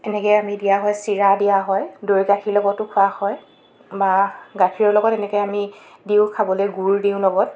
এনেকৈ আমি দিয়া হয় চিৰা দিয়া হয় দৈ গাখীৰ লগতো খোৱা হয় বা গাখীৰৰ লগত এনেকৈ আমি দিওঁ খাবলৈ গুড় দিওঁ লগত